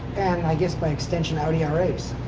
and, i guess by extension, audi r eight